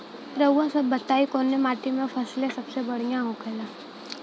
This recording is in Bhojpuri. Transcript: रउआ सभ बताई कवने माटी में फसले सबसे बढ़ियां होखेला?